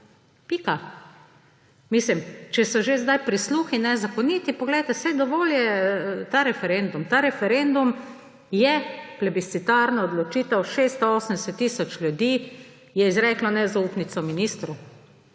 Pika. Če so zdaj že prisluhi nezakoniti – poglejte, saj je dovolj ta referendum. Ta referendum je plebiscitarna odločitev, 680 tisoč ljudi je izreklo nezaupnico ministru.